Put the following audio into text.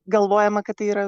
galvojama kad tai yra